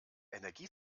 energie